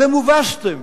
אתם הובסתם,